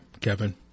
kevin